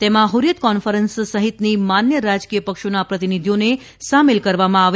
તેમાં હુર્રિયત કોન્ફરન્સ સહિતની માન્ય રાજકીય પક્ષોના પ્રતિનિધિઓને સામેલ કરવામાં આવે